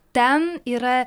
ten yra